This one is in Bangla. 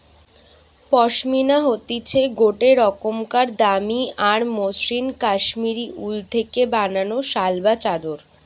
পশমিনা হতিছে গটে রোকমকার দামি আর মসৃন কাশ্মীরি উল থেকে বানানো শাল বা চাদর